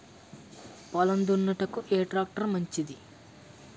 పొలం దున్నుటకు ఏ ట్రాక్టర్ మంచిది?